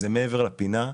זה מעבר לפינה,